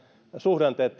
suhdanteet